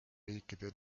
riikide